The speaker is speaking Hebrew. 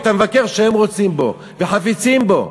את המבקר שהם רוצים בו וחפצים בו.